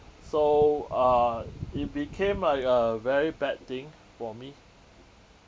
so uh it became like a very bad thing for me